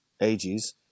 ages